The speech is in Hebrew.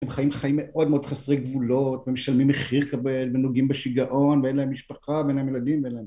הם חיים מאוד מאוד חסרי גבולות, והם משלמים מחיר כבד, ונוגעים בשגעון, ואין להם משפחה, ואין להם ילדים, ואין להם...